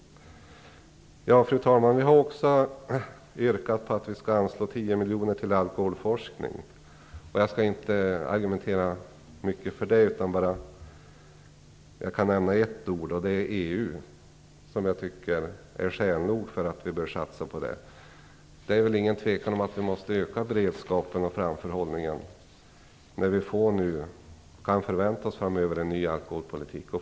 Fru talman! Vi har också yrkat på att man skall anslå tio miljoner till alkoholforskningen. Jag skall inte argumentera mycket för det. Jag kan nämna ett ord, och det är EU, som jag tycker är skäl nog för att vi bör satsa på den forskningen. Det råder väl ingen tvekan om att vi måste öka beredskapen och framförhållningen när vi nu framöver kan förvänta oss en ny alkholpolitik.